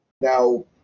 Now